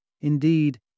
Indeed